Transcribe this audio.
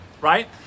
right